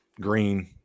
green